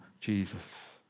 Jesus